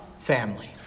family